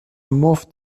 مفت